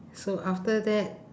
so after that